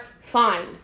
fine